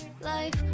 life